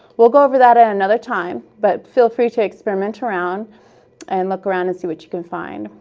we'll go over that at another time, but feel free to experiment around and look around and see what you can find.